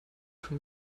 von